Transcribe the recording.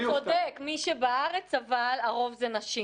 אתה צודק שבקרב אלה שבארץ הרוב הן נשים.